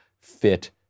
fit